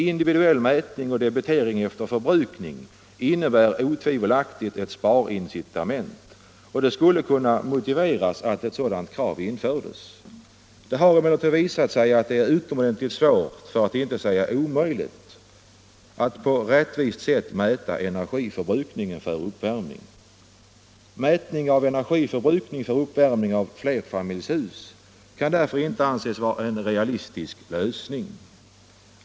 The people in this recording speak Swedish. Individuell mätning och debitering efter förbrukning innebär otvivelaktigt ett sparincitament, och det skulle kunna motivera att sådana krav infördes. Det har emellertid visat sig att det är utomordentligt svårt för att inte säga omöjligt att på rättvist sätt mäta energiförbrukningen för uppvärmning. Mätning av energiförbrukningen för uppvärmning av flerfamiljshus kan därför inte anses vara en realistisk lösning.